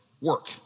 work